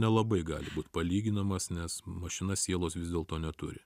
nelabai gali būt palyginamas nes mašina sielos vis dėlto neturi